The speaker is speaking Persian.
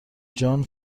جان